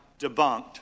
debunked